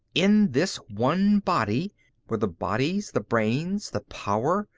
in this one body were the bodies, the brains, the power,